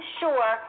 sure